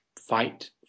fight